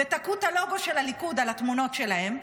ותקעו את הלוגו של הליכוד על התמונות שלהם,